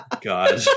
God